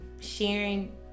Sharing